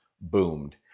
boomed